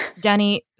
Danny